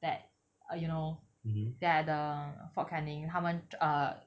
that uh you know that the fort canning 他们 err